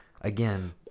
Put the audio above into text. again